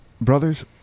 Brothers